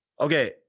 Okay